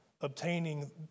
obtaining